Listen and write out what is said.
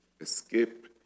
escape